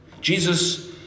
Jesus